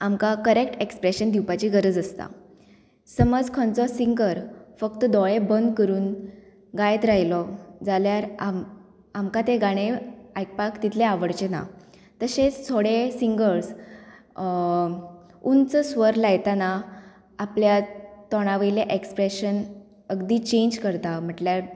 आमकां correct expression दिवपाची गरज आसता समज खंयचो सिंगर फक्त दोळे बंद करून गायत रावलो जाल्यार आम आमकां तें गाणें आयकपाक तितलें आवडचें ना तशेंच थोडे सिंगर्स उंच स्वर लायतना आपल्या तोंडा वयलें एक्सप्रेशन अगदी चेंज करता म्हटल्यार